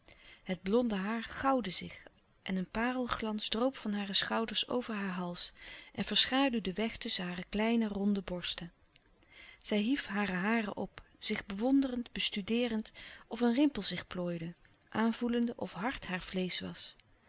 het blonde haar goudde zich en een parelglans droop van hare schouders over haar hals en verschaduwde weg tusschen hare kleine ronde borsten zij hief hare haren op zich bewonderend bestudeerend of een rimpel zich plooide aanvoelende of hard haar vleesch was